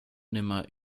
nimmer